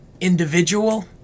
individual